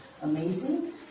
amazing